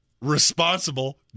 responsible